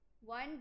One